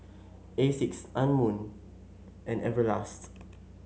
Asics Anmum and Everlast